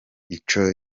icyo